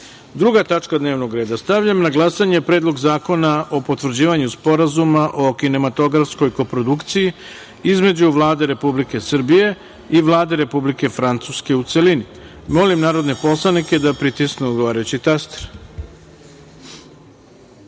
tačka dnevnog reda. Stavljam na glasanje Predlog zakona o potvrđivanju Sporazuma o kinematografskoj koprodukciji između Vlade Republike Srbije i Vlade Republike Francuske, u celini. Molim narodne poslanike da pritisnu odgovarajući